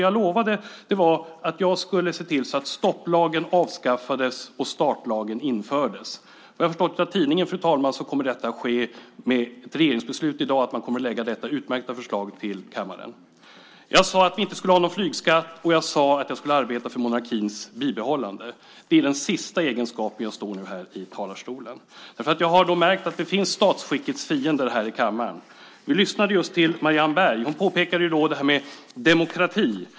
Jag lovade att jag skulle se till att stopplagen avskaffades och startlagen infördes. Vad jag har förstått av tidningen, fru talman, kommer detta att ske genom ett regeringsbeslut i dag. Man kommer att lägga fram detta utmärkta förslag för kammaren. Jag sade att vi inte ska ha någon flygskatt, och jag sade att jag ska arbeta för monarkins bibehållande. Det är i den sista egenskapen jag nu står här i talarstolen. Jag har märkt att det finns fiender till statsskicket här i kammaren. Vi lyssnade just till Marianne Berg. Hon påpekade detta med demokrati.